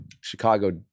Chicago